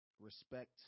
respect